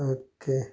okay